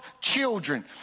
children